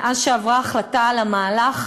מאז שעברה ההחלטה על המהלך,